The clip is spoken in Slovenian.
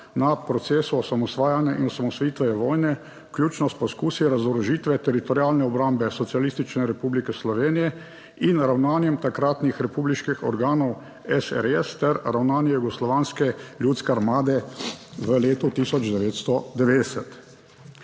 na procesu osamosvajanja in osamosvojitvene vojne, vključno s poskusi razorožitve Teritorialne obrambe Socialistične Republike Slovenije in ravnanjem takratnih republiških organov SRS ter ravnanje Jugoslovanske ljudske armade v letu 1990.